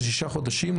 אלה שישה חודשים,